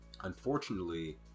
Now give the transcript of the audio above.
unfortunately